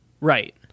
Right